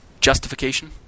justification